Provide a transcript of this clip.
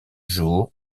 jour